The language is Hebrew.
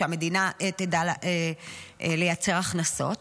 שהמדינה תדע לייצר הכנסות,